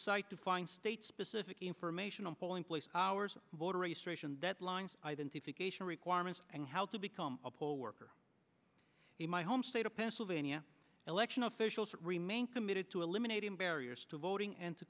site to find state specific information on polling place hours voter registration that lines identification requirements and how to become a poll worker in my home state of pennsylvania election officials remain committed to eliminating barriers to voting and to